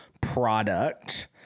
product